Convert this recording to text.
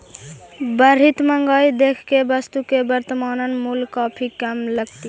बढ़ित महंगाई देख के वस्तु के वर्तनमान मूल्य काफी कम लगतइ